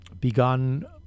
begun